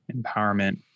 empowerment